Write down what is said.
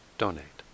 donate